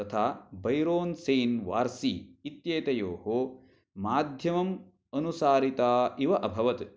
तथा बैरोन् सेन् वार्सी इत्येतयोः माध्यमम् अनुसारिता इव अभवत्